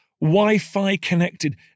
Wi-Fi-connected